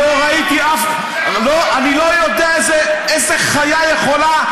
לא ראיתי אף, אני לא יודע איזו חיה יכולה.